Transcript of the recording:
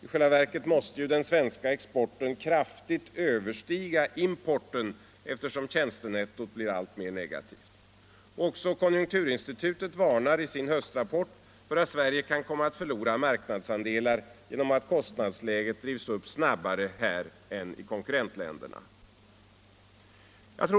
I själva verket måste ju den svenska exporten kraftigt överstiga importen, eftersom tjänstenettot blir alltmer negativt. Också konjunkturinstitutet varnar i sin höstrapport för att Sverige kan komma att förlora marknadsandelar genom att kostnadsläget drivs upp snabbare här än i konkurrentländerna.